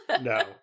No